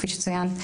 כפי שצוין,